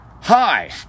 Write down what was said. Hi